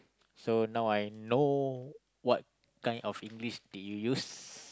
so now I know what kind of English do you use